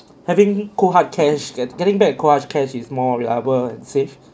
having cold hard cash get getting back cold hard cash is more reliable and safe